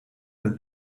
een